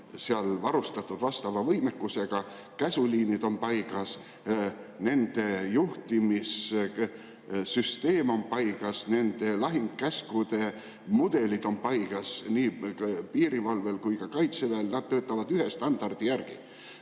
seal varustatud vastava võimekusega, käsuliinid on paigas. Nende juhtimissüsteem on paigas, nende lahingkäskude mudelid on paigas nii piirivalvel kui ka Kaitseväel, nad töötavad ühe standardi järgi.